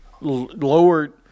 lowered